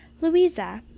Louisa